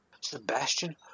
Sebastian